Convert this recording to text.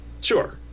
Sure